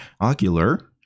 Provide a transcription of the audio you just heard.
Ocular